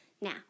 Now